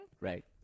Right